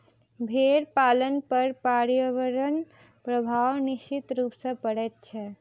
भेंड़ पालन पर पर्यावरणक प्रभाव निश्चित रूप सॅ पड़ैत छै